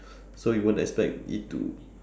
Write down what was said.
so you won't expect it to